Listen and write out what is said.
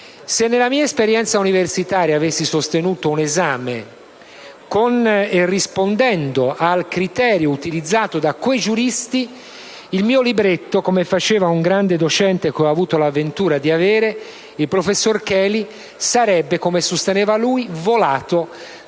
Se nella mia esperienza universitaria avessi sostenuto un esame rispondendo con il criterio utilizzato da quei giuristi, il mio libretto, come diceva un grande docente che ho avuto la ventura di avere, il professor Cheli, sarebbe - come sosteneva lui - volato dalla